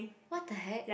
what the heck